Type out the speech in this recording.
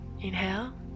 inhale